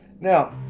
Now